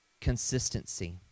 consistency